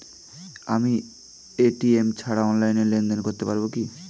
আমি এ.টি.এম ছাড়া অনলাইনে লেনদেন করতে পারি কি?